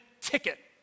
ticket